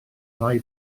rhai